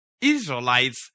Israelites